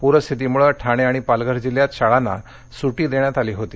पूरस्थितीमुळे ठाणे आणि पालघर जिल्ह्यात शाळांना सूटी देण्यात आली होती